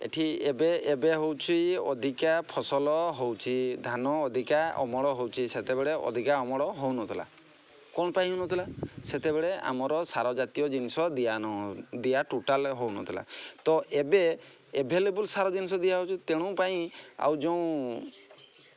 ଏଠି ଏବେ ଏବେ ହେଉଛି ଅଧିକା ଫସଲ ହେଉଛି ଧାନ ଅଧିକା ଅମଳ ହେଉଛି ସେତେବେଳେ ଅଧିକା ଅମଳ ହେଉନଥିଲା କ'ଣ ପାଇଁ ହେଉନଥିଲା ସେତେବେଳେ ଆମର ସାର ଜାତୀୟ ଜିନିଷ ଦିଆ ଟୋଟାଲ୍ ହେଉନଥିଲା ତ ଏବେ ଏଭେଲେବୁଲ୍ ସାର ଜିନିଷ ଦିଆହେଉଛି ତେଣୁ ପାଇଁ ଆଉ ଯୋଉଁ